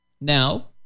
now